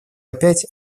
опять